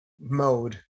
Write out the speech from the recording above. mode